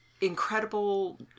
incredible